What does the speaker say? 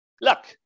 Look